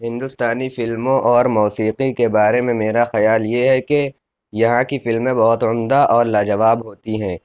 ہندوستانی فلموں اور موسیقی کے بارے میں میرا خیال یہ ہے کہ یہاں کی فلمیں بہت عمدہ اور لاجواب ہوتی ہیں